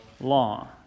law